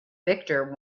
victor